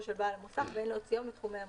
של בעל המוסך ואין להוציאו מתחומי המוסך.